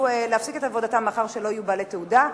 להפסיק את עבודתם מאחר שלא יהיו בעלי תעודה.